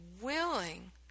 willing